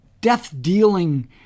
death-dealing